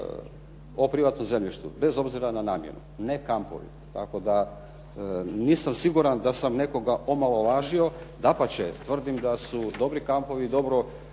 o privatnom zemljištu bez obzira na namjenu. Ne kampovi, tako da nisam siguran da sam nekoga omalovažio. Dapače, tvrdim da su dobri kampovi dobro